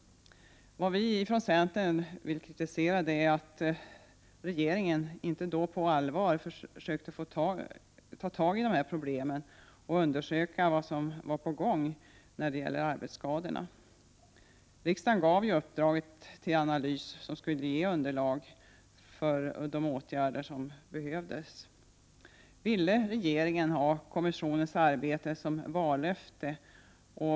Det vi från centern vill kritisera är att regeringen inte då på allvar försökte ta tag i dessa problem och undersöka vad som höll på att hända i fråga om arbetsskadorna. Riksdagen gav regeringen i uppdrag att göra en analys som skulle ge underlag för de åtgärder som behövdes. Ville regeringen ha kommissionens arbete som vallöfte?